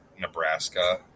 Nebraska